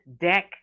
deck